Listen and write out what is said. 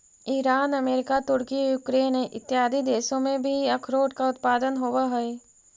Iran America तुर्की Ukraine इत्यादि देशों में भी अखरोट का उत्पादन होवअ हई